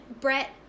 Brett